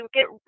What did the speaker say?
get